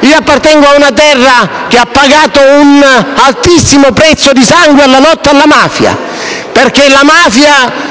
Io appartengo ad una terra che ha pagato un altissimo prezzo di sangue nella lotta alla mafia. La mafia